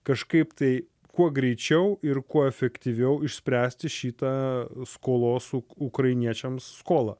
kažkaip tai kuo greičiau ir kuo efektyviau išspręsti šitą skolos uk ukrainiečiams skolą